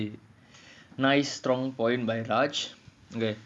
so okay nice point by raj okay